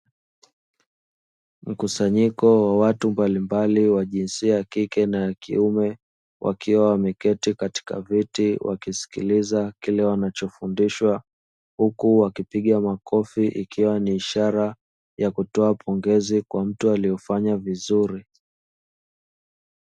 Mkusanyiko wa watu mbalimbali wa jinsia ya kike na kiume wakiwa wameketi katika viti wakisikiliza kile wanachofundishwa huku wakipiga makofi ikiwa ni ishara ya kutoa pongezi kwa mtu aliofanya vizuri.